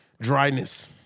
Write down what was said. Dryness